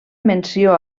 menció